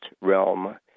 realm